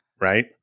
Right